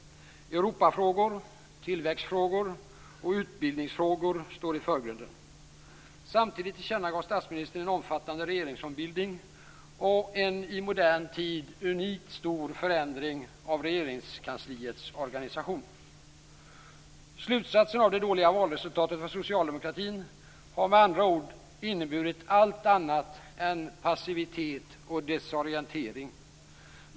Europafrågor, tillväxtfrågor och utbildningsfrågor står i förgrunden. Samtidigt tillkännagav statsministern en omfattande regeringsombildning och en i modern tid unik stor förändring av Regeringskansliets organisation. Slutsatserna av det dåliga valresultatet för socialdemokratin har med andra ord inneburit allt annat än passivitet och desorientering.